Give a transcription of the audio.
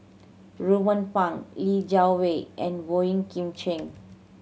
Ruben Pang Li Jiawei and Boey Kim Cheng